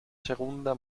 segunda